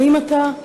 האם אתה,